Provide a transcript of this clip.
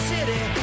City